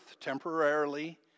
temporarily